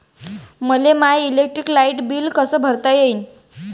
मले my electric light bill कस भरता येईल?